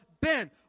Ben